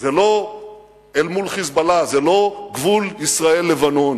לא אל מול "חיזבאללה", זה לא גבול ישראל לבנון,